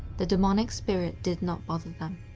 the demonic spirit did not bother them.